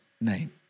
name